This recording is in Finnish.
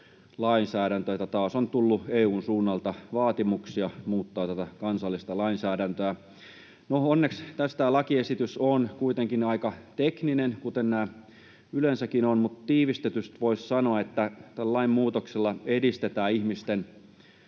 lainsäädäntöön. Taas on tullut EU:n suunnalta vaatimuksia muuttaa kansallista lainsäädäntöä. No, onneksi tämä lakiesitys on kuitenkin aika tekninen, kuten nämä yleensäkin ovat, mutta tiivistetysti voisi sanoa, että tällä lainmuutoksella edistetään ihmisten